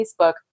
Facebook